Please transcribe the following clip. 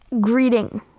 Greeting